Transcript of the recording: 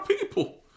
people